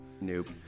Nope